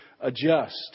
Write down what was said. adjust